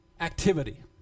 activity